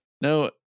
no